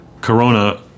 corona